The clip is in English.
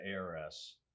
ARS